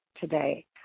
today